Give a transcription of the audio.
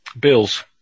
Bills